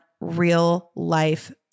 real-life